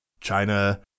China